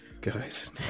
guys